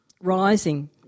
Rising